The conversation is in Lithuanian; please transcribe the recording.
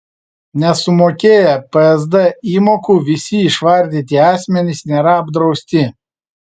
nesumokėję psd įmokų visi išvardyti asmenys nėra apdrausti